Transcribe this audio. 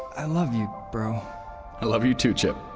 i love you, bro i love you too, chip